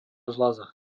žľaza